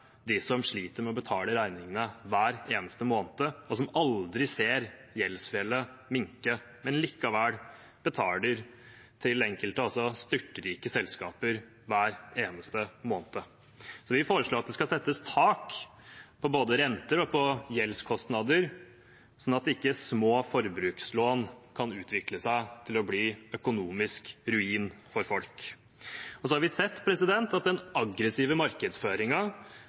som sliter med å betale regningene hver eneste måned, og som aldri ser gjeldsfjellet minke, men likevel betaler til enkelte også styrtrike selskaper hver eneste måned. Vi foreslår at det skal settes tak på både renter og gjeldskostnader, sånn at små forbrukslån ikke kan utvikle seg til å bli økonomisk ruin for folk. Vi har sett at den aggressive